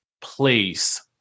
place